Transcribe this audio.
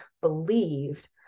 believed